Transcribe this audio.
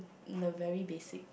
in the very basic